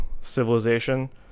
Civilization